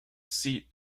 seat